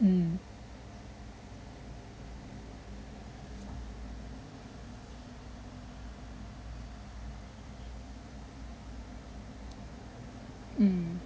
mm mm